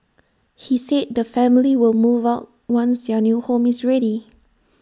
he said the family will move out once their new home is ready